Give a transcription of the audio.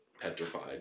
petrified